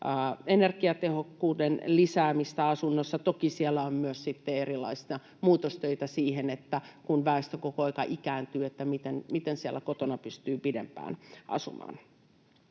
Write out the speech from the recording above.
energiatehokkuuden lisäämistä asunnoissa. Toki siellä on myös sitten erilaisia muutostöitä siihen, että kun väestö koko ajan ikääntyy, niin miten siellä kotona pystyy pidempään asumaan.